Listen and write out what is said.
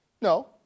No